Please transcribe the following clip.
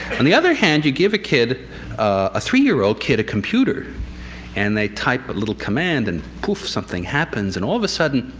on the other hand, you give a kid a three-year-old kid a computer and they type a little command and poof! something happens. and all of a sudden.